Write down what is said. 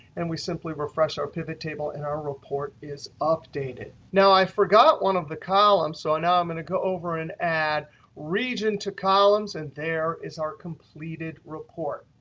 and we simply refresh our pivot table, and our report is updated. now, i forgot one of the columns. so now i'm going to go over and add region to columns. and there is our completed report.